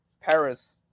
Paris